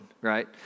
right